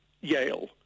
Yale